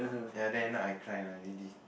ya then I cry lah really